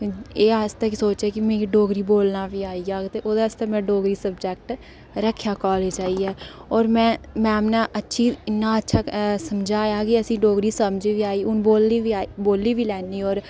ते में एह्दे आस्तै बी सोचेआ मिगी डोगरी बोलना बी आई जाह्ग ते ओह्दे आस्तै में डोगरी सब्जैक्ट रक्खेआ कॉलेज आइयै होर मैम ने अच्छी इ'न्ना अच्छा समझाया कि असें ई डोगरी समझ बी आई हू'न बोलनी बी आई बोल्ली बी लैन्नी होर